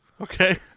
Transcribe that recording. Okay